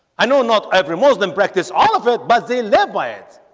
i know not every muslim practice all of it, but they live by it